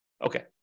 Okay